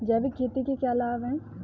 जैविक खेती के क्या लाभ हैं?